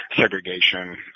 segregation